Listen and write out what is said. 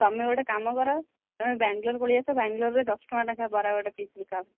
ତୁମେ ଗୋଟେ କାମ କର ତୁମେ ବାଙ୍ଗଲୋର ପଳେଇ ଆସ ବାଙ୍ଗଲୋରରେ ଦଶ ଟଙ୍କା ଟଙ୍କା ଲେଖା ବରା ଗୋଟେ ପିସ୍ ବିକା